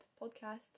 podcast